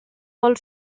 vol